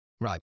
Right